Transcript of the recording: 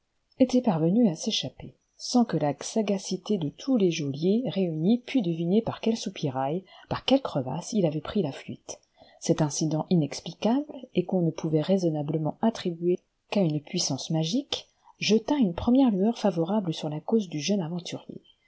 était parvenu à s'échapper sans que la sagacité de tous les geôliers réunis put deviner par quel soupirail par quelle crevasse il avait pris la fuite cet incident inexplicable et qu'on ne pouvait raisonnablement attribuer qu'aune puissance magique jeta une première lueur favorable sur la cause du jeune aventurier